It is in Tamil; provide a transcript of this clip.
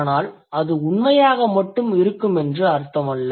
ஆனால் அது உண்மையாக மட்டும் இருக்கமென்று அர்த்தமல்ல